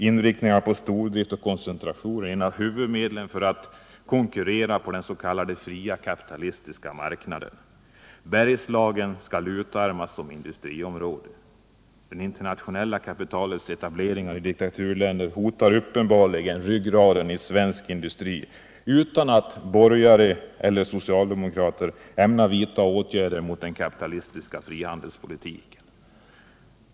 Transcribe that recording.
Inriktning på stordrift och koncentration är ett av huvudmedlen för att konkurrera på den s.k. fria kapitalistiska marknaden. Bergslagen skall utarmas som industriområde. Det internationella kapitalets etableringar i diktaturländer hotar uppenbarligen ryggraden i svensk industri, utan att borgare eller socialdemokrater ämnar vidta åtgärder mot den kapitalistiska frihandelspolitiken.